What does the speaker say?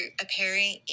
appearing